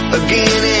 again